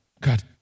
God